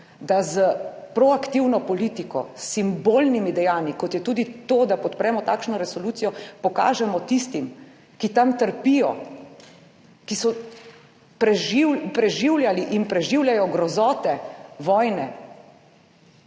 da s proaktivno politiko, s simbolnimi dejanji, kot je tudi to, da podpremo takšno resolucijo, pokažemo tistim, ki tam trpijo, ki so preživljali in preživljajo grozote vojne,